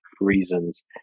reasons